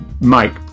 Mike